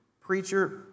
preacher